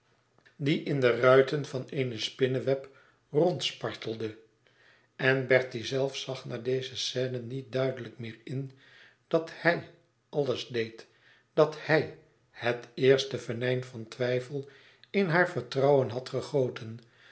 die in de ruiten van eene spinneweb rondspartelde en bertie zelf zag na deze scène niet duidelijk meer in dat hij alles deed dat hij het eerste venijn van twijfel in haar vertrouwen had gegoten